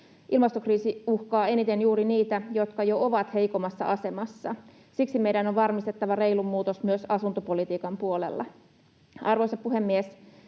Ilmastokriisi uhkaa eniten juuri niitä, jotka jo ovat heikoimmassa asemassa. Siksi meidän on varmistettava reilu muutos myös asuntopolitiikan puolella. Arvoisa puhemies!